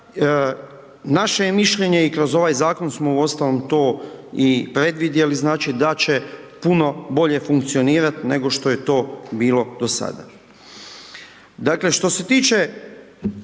Naše je mišljenje i kroz ovaj zakon smo uostalom to i predvidjeli znači da će puno bolje funkcionirati nego što je to bilo do sada.